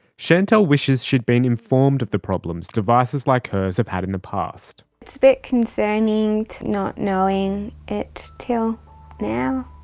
chantelle wishes she'd been informed of the problems devices like hers have had in the past. it's a bit concerning not knowing it until now,